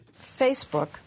Facebook